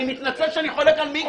אני מתנצל שאני חולק על מיקי.